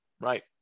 Right